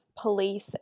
police